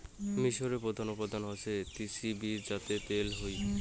মিশরে প্রধান উৎপাদন হসে তিসির বীজ যাতে তেল হই